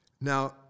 Now